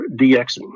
DXing